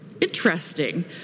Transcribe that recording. Interesting